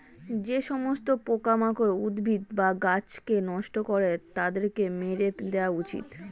যে সমস্ত পোকামাকড় উদ্ভিদ বা গাছকে নষ্ট করে তাদেরকে মেরে দেওয়া উচিত